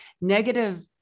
negative